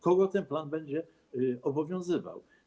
Kogo ten plan będzie obowiązywał?